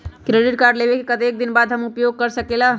Credit card लेबे के कतेक दिन बाद हम उपयोग कर सकेला?